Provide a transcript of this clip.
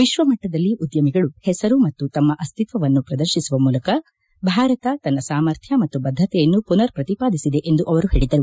ವಿಶ್ವ ಮಟ್ಟದಲ್ಲಿ ಉದ್ಯಮಿಗಳು ಹೆಸರು ಮತ್ತು ತಮ್ಮ ಅಶ್ತಿತ್ವವನ್ನು ಪ್ರದರ್ಶಿಸುವ ಮೂಲಕ ಭಾರತ ತನ್ನ ಸಾಮರ್ಥ್ಯ ಮತ್ತು ಬದ್ಧತೆಯನ್ನು ಮನರ್ ಪ್ರತಿಪಾದಿಸಿವೆ ಎಂದು ಅವರು ಹೇಳಿದರು